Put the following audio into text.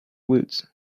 wood